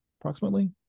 approximately